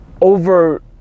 over